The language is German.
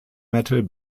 metal